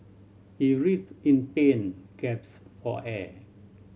he writhed in pain gaps for air